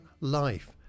life